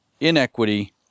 inequity